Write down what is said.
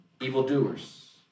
evildoers